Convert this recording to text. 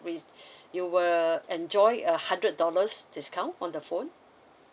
re~ you were enjoy a hundred dollars discount on the phone